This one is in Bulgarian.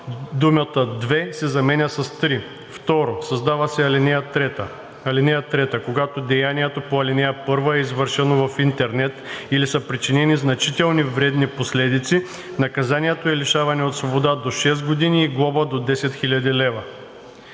думата „две“ се заменя с „три“. 2. Създава се ал. 3: „(3) Когато деянието по ал. 1 е извършено в интернет или са причинени значителни вредни последици, наказанието е лишаване от свобода до шест години и глоба до десет